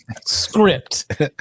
script